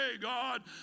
God